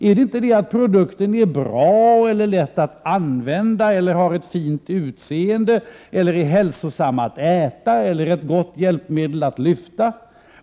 Är det inte att produkten är bra, är lätt att använda, har ett fint utseende, är hälsosam att äta eller är ett gott hjälpmedel för att lyfta?